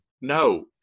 no